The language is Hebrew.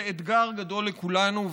זה אתגר גדול לכולנו,